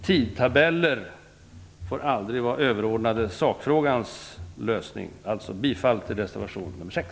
Tidtabeller får aldrig vara överordnade sakfrågans lösning. Jag yrkar alltså bifall till reservation nr 6.